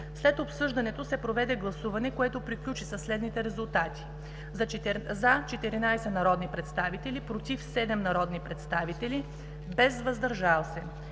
След обсъждането се проведе гласуване, което приключи със следните резултати: „за” – 14 народни представители, „против” – 7 народни представители, без „въздържали